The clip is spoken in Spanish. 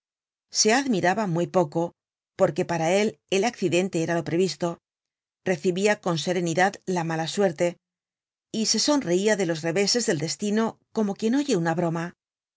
se admiraba muy poco porque para él el accidente era lo previsto recibia con serenidad la mala suerte y se sonreia de los reveses del destino como quien oye una broma